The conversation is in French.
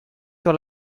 sur